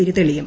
തിരി തെളിയും